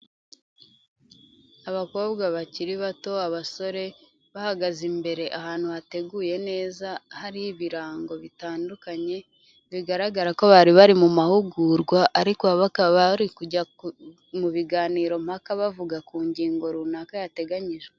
Abakobwa bakiri bato, abasore, bahagaze imbere ahantu hateguye neza, hari ibirango bitandukanye, bigaragara ko bari bari mu mahugurwa ariko bakaba bari kujya mu biganiro mpaka bavuga ku ngingo runaka yateganyijwe.